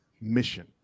mission